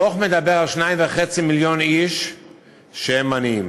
הדוח מדבר על 2.5 מיליון איש שהם עניים.